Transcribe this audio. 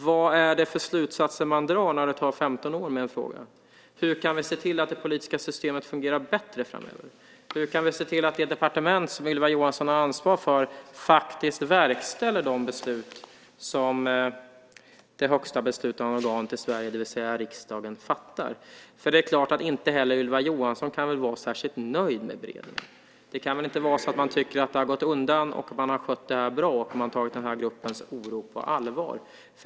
Vad drar man för slutsatser när det tar 15 år att handlägga en fråga? Hur kan vi se till att det politiska systemet fungerar bättre framöver? Hur kan vi se till att det departement som Ylva Johansson har ansvar för faktiskt verkställer de beslut som det högsta beslutande organet i Sverige, det vill säga riksdagen, fattar? Inte heller Ylva Johansson kan väl vara särskilt nöjd med beredningen. Man kan inte gärna tycka att det har gått undan eller att man har skött detta bra och tagit den här gruppens oro på allvar.